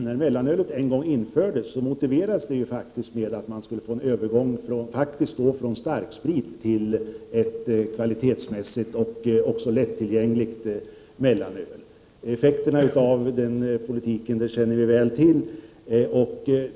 Herr talman! När det gäller överföringspolitiken motiverades mellanölets införande en gång i tiden med att man skulle få en övergång från starksprit till ett kvalitetsmässigt och också lättillgängligt mellanöl. Effekterna av den politiken känner vi väl till.